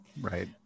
Right